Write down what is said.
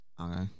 Okay